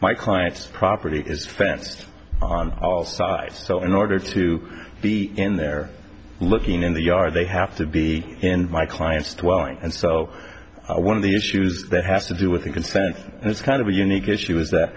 my client's property is fence on all sides so in order to be in there looking in the yard they have to be in my client's dwelling and so one of the issues that have to do with the consent and it's kind of a unique issue